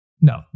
No